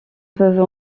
peuvent